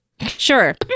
Sure